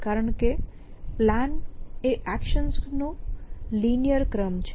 કારણ કે પ્લાન એ એક્શન્સ નો લિનીઅર ક્રમ છે